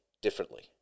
differently